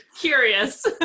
curious